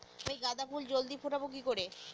আমি গাঁদা ফুল জলদি ফোটাবো কি করে?